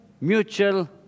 mutual